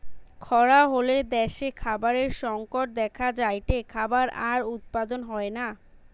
খরা হলে দ্যাশে খাবারের সংকট দেখা যায়টে, খাবার আর উৎপাদন হয়না